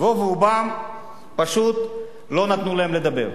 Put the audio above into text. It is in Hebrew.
רוב רובם פשוט לא נתנו להם לדבר.